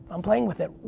i'm playing with it,